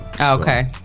okay